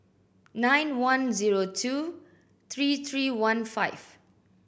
nine one zero two three three one five